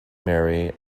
mary